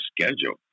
schedule